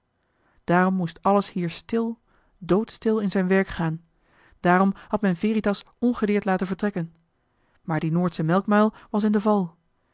daarom moest alles hier stil doodstil in zijn werk gaan daarom had men veritas ongedeerd laten vertrekken maar die noordsche melkmuil was in de val